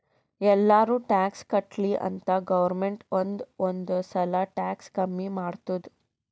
ಎಲ್ಲಾರೂ ಟ್ಯಾಕ್ಸ್ ಕಟ್ಲಿ ಅಂತ್ ಗೌರ್ಮೆಂಟ್ ಒಂದ್ ಒಂದ್ ಸಲಾ ಟ್ಯಾಕ್ಸ್ ಕಮ್ಮಿ ಮಾಡ್ತುದ್